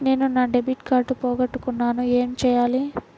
నేను నా debit card పోగొట్టుకున్నాను ఏమి చేయాలి?